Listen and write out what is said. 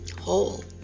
whole